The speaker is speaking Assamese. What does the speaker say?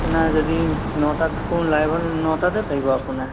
আপোনাৰ যদি নটাত কোনো লাইভত নটাতে পাৰিব আপোনাৰ